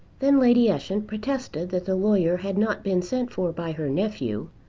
then lady ushant protested that the lawyer had not been sent for by her nephew,